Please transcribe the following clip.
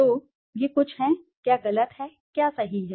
तो ये कुछ हैं क्या गलत है क्या सही है